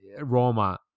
Roma